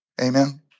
Amen